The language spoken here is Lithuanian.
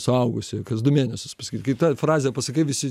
suaugusiųjų kas du mėnesius pasakyt kai tą frazę pasakai visi